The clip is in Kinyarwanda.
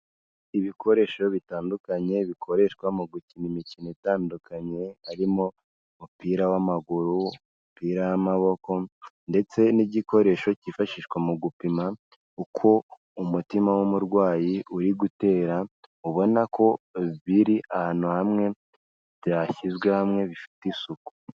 Ibikoresho bitandukanye bikoreshwa mu gukina imikino itandukanye, harimo umupira w'amaguru, umupira w'amaboko ndetse n'igikoresho cyifashishwa mu gupima uko umutima w'umurwayi uri gutera ubona ko biri ahantu hamwe, byashyizwe hamwe bifite isuku.